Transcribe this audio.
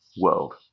world